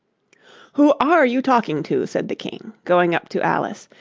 who are you talking to said the king, going up to alice,